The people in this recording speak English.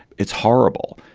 it's horrible.